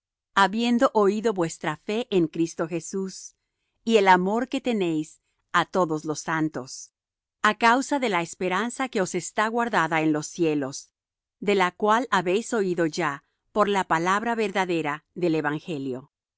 habiendo oído vuestra fe en cristo jesús y el amor que tenéis á todos los santos a causa de la esperanza que os está guardada en los cielos de la cual habéis oído ya por la palabra verdadera del evangelio